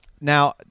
now